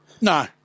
No